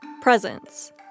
presents